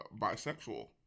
bisexual